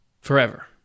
forever